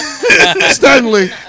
Stanley